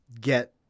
get